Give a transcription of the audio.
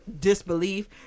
disbelief